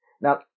Now